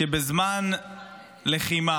שבזמן לחימה,